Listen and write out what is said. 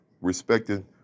respecting